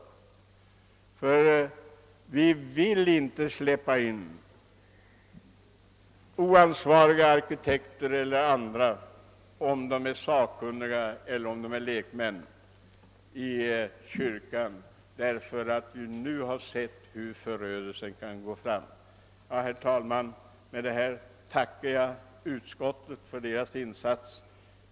Eftersom vi nu har sett hur förödelsen kan gå fram, vill vi inte i kyrkan släppa in oansvariga arkitekter eller andra personer, oavsett om dessa är sakkunniga eller inte. Herr talman! Med dessa ord tackar jag utskottet för dess insats.